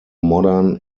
modern